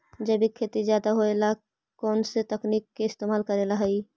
जैविक खेती ज्यादा होये ला कौन से तकनीक के इस्तेमाल करेला हई?